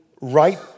right